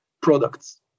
products